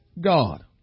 God